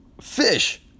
Fish